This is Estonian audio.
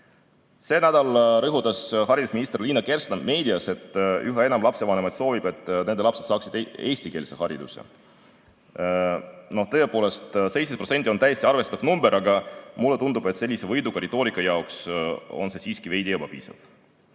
See nädal rõhutas haridusminister Liina Kersna meedias, et üha enam lapsevanemaid soovib, et nende lapsed saaksid eestikeelse hariduse. Tõepoolest, 17% on täiesti arvestatav number, aga mulle tundub, et sellise võiduka retoorika jaoks on see siiski veidi ebapiisav.